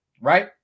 right